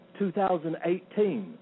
2018